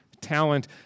talent